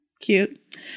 Cute